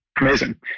Amazing